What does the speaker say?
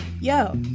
Yo